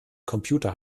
computer